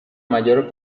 mayor